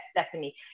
Stephanie